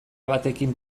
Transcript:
batekin